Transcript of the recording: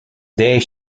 there